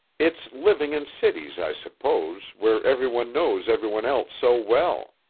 it's living in cities, i suppose, where every one knows every one else so well.